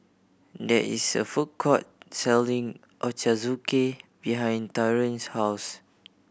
there is a food court selling Ochazuke behind Tyrone's house